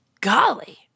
Golly